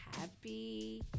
happy